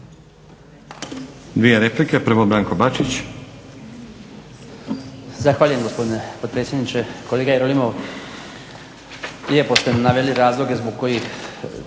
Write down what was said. Dvije replike. Prvo Branko Bačić.